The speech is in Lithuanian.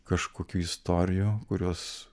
kažkokių istorijų kurios